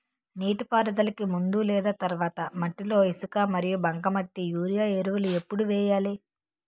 నీటిపారుదలకి ముందు లేదా తర్వాత మట్టిలో ఇసుక మరియు బంకమట్టి యూరియా ఎరువులు ఎప్పుడు వేయాలి?